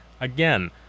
again